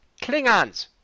Klingons